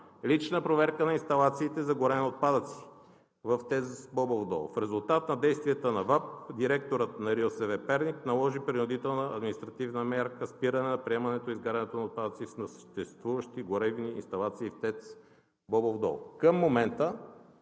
лична проверка на инсталациите за горене на отпадъци в ТЕЦ „Бобов дол“. В резултат на действията на ВАП, директорът на РИОСВ – Перник, наложи принудителна административна мярка „спиране на приемането и изгарянето на отпадъци в съществуващи горивни инсталации в ТЕЦ „Бобов дол“.“ Към момента